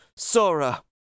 Sora